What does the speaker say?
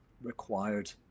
required